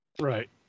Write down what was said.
Right